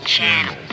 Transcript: Channel